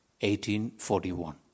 1841